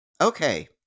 Okay